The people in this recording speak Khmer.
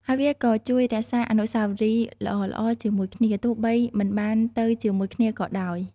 ហើយវាក៏ជួយរក្សាអនុស្សាវរីយ៍ល្អៗជាមួយគ្នា ទោះបីមិនបានទៅជាមួយគ្នាក៏ដោយ។